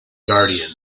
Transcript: guardian